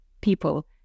People